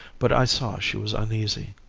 but i saw she was uneasy.